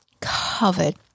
covered